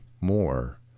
more